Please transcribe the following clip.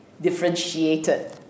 differentiated